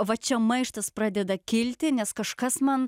va čia maištas pradeda kilti nes kažkas man